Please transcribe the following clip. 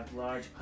Large